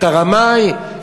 את הרמאי,